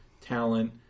talent